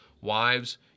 Wives